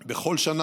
בכל שנה